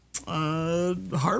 Harp